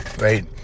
right